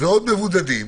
ועוד מבודדים,